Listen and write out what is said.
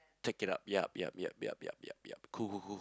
take it out yup yup yup yup yup yup yup cool cool cool cool